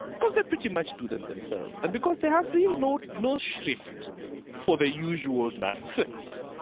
because they pretty much do them themselves. and because they have really no no shrift for the usual nonsense.